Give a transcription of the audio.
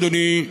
אדוני,